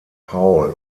paul